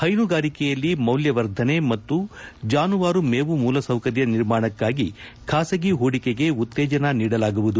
ಹೈನುಗಾರಿಕೆಯಲ್ಲಿ ಮೌಲ್ವವರ್ಧನೆ ಮತ್ತು ಜಾನುವಾರು ಮೇವು ಮೂಲಸೌಕರ್ಯ ನಿರ್ಮಾಣಕ್ಕಾಗಿ ಖಾಸಗಿ ಹೂಡಿಕೆಗೆ ಉತ್ತೇಜನ ನೀಡಲಾಗುವುದು